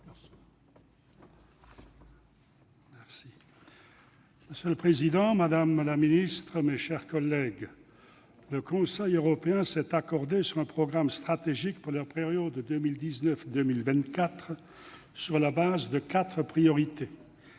Monsieur le président, madame la secrétaire d'État, mes chers collègues, le Conseil européen s'est accordé sur un programme stratégique pour la période 2019-2024 sur la base de quatre priorités.